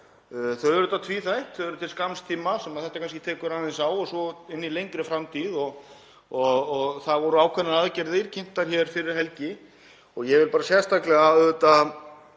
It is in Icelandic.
Þau eru tvíþætt. Þau eru til skamms tíma, sem þetta kannski tekur aðeins á, og svo inn í lengri framtíð. Það voru ákveðnar aðgerðir kynntar hér fyrir helgi. Ég vil bara sérstaklega